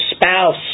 spouse